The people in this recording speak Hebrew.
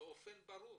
נאמר באופן ברור